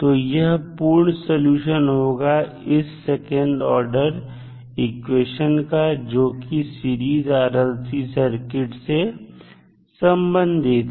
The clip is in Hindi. तो यह पूर्ण सॉल्यूशन होगा इस सेकंड ऑर्डर इक्वेशन का जो कि सीरीज RLC सर्किट से संबंधित है